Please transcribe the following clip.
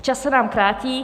Čas se nám krátí.